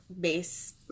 base